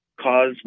cause